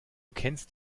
kennst